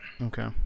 Okay